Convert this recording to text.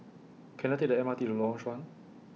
Can I Take The M R T to Lorong Chuan